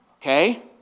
Okay